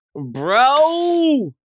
bro